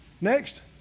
Next